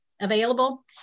available